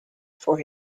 for